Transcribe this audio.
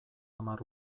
hamar